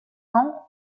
ans